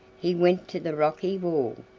he went to the rocky wall,